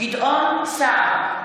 גדעון סער,